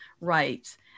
rights